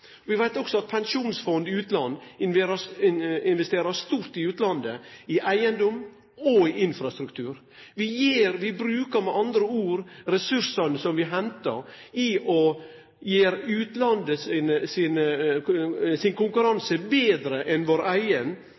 særleg. Vi veit også at Statens pensjonsfond utland investerer stort i utlandet, i eigedom og i infrastruktur. Vi bruker med andre ord ressursane som vi hentar, til å gjere utlandet sin konkurranse betre enn vår eigen